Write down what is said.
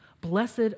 Blessed